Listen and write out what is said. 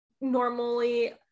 normally